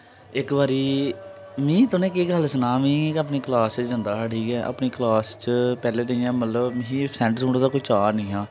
इक बारी मीं तुनें केह् गल्ल सनां मीं अपनी क्लास च जंदा हा ठीक ऐ अपनी क्लास च पैह्लें ते इ'यां मतलब मिगी सैंट सूंट दा कोई चाऽ हैनी हा